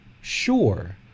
Sure